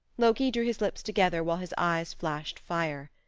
loki drew his lips together while his eyes flashed fire.